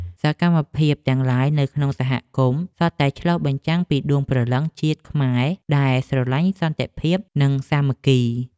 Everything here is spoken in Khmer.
សកម្មភាពទាំងឡាយនៅក្នុងសហគមន៍សុទ្ធតែឆ្លុះបញ្ចាំងពីដួងព្រលឹងជាតិខ្មែរដែលស្រឡាញ់សន្តិភាពនិងសាមគ្គី។